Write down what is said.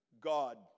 God